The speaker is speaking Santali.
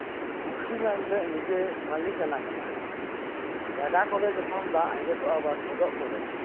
ᱯᱩᱠᱷᱨᱤ ᱢᱮᱱᱛᱮ ᱱᱤᱡᱮ ᱢᱟᱹᱞᱤᱠᱟᱱᱟ ᱠᱟᱱᱟ ᱜᱟᱰᱟ ᱠᱚᱨᱮ ᱡᱚᱠᱷᱚᱱ ᱫᱟᱜ ᱟᱸᱡᱮᱛᱫᱜᱼᱟ ᱵᱟ ᱥᱚᱰᱚᱜ ᱠᱚᱨᱮ